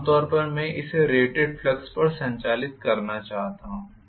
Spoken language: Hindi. आम तौर पर मैं इसे रेटेड फ्लक्स पर संचालित करना चाहता हूँ